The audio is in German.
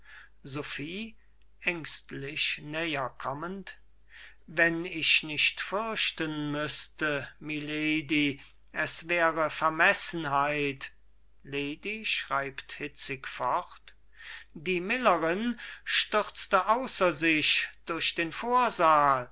wenn ich nicht fürchten müßte milady es wäre vermessenheit lady schreibt hitzig fort die millerin stürzte außer sich durch den vorsaal sie